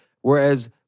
Whereas